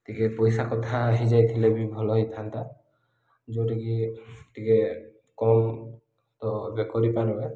ଟିକେ ପଇସା କଥା ହେଇଯାଇଥିଲେ ବି ଭଲ ହେଇଥାନ୍ତା ଯେଉଁଟାକି ଟିକେ କମ୍ ତ ଏବେ କରିପାରିବେ